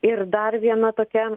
ir dar viena tokia